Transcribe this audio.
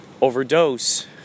overdose